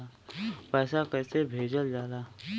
पैसा कैसे भेजल जाला?